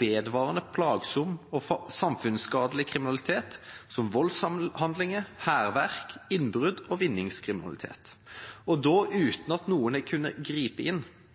vedvarende begår plagsom og samfunnsskadelig kriminalitet som voldshandlinger, hærverk, innbrudd og vinningskriminalitet, og da